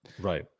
Right